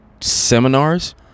seminars